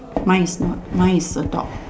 mine is not mine is a dog